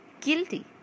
guilty